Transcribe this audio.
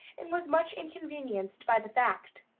and was much inconvenienced by the fact.